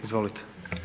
Izvolite.